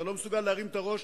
אתה לא מסוגל להרים את הראש,